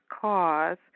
cause